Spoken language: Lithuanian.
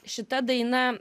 šita daina